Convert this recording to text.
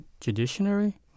judiciary